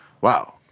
wow